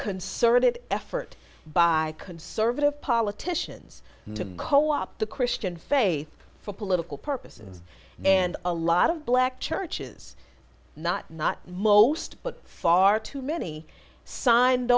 concerted effort by conservative politicians to co opt the christian faith for political purposes and a lot of black churches not not most but far too many signed